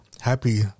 happy